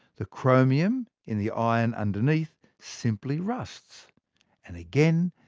the chromium in the iron underneath simply rusts and again,